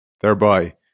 thereby